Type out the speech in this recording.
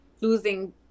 losing